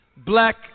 Black